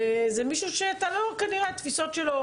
זה מישהו שכנראה התפיסות שלו,